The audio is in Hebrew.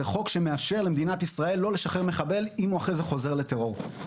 זה חוק שמאפשר למדינת ישראל לא לשחרר מחבל אם הוא אחרי זה חוזר לטרור.